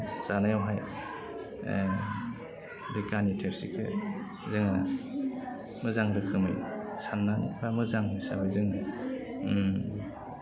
जानायावहाय बे काहनि थोरसिखो जोङो मोजां रोखोमै सान्नानै बा मोजां हिसाबै जोङो